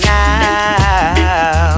now